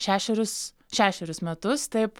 šešerius šešerius metus taip